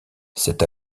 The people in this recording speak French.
cette